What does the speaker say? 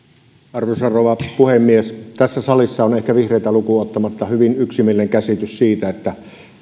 arvoisa rouva puhemies tässä salissa on ehkä vihreitä lukuun ottamatta hyvin yksimielinen käsitys siitä että